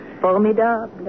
Formidable